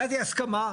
ותהיה הסכמה.